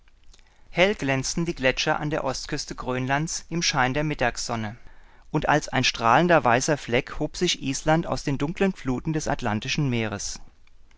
hell glänzten die gletscher an der ostküste grönlands im schein der mittagssonne und als ein strahlender weißer fleck hob sich island aus den dunklen fluten des atlantischen meeres